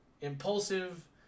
Impulsive